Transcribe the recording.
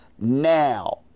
now